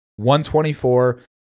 124